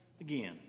again